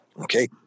okay